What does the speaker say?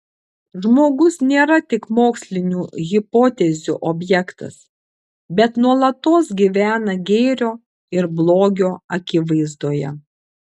žmogus nėra tik mokslinių hipotezių objektas bet nuolatos gyvena gėrio ir blogio akivaizdoje